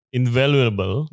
invaluable